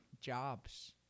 jobs